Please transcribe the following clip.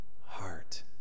heart